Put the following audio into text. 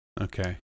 Okay